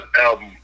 album